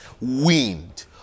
wind